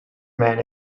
man